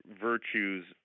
virtues